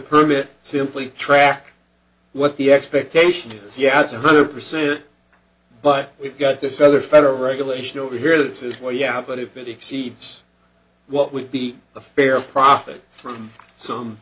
permit simply track what the expectation is yeah that's one hundred percent but we've got this other federal regulation over here that says well yeah but if it exceeds what would be a fair profit from some